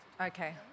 okay